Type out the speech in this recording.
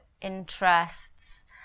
interests